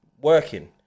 working